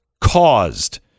caused